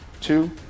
two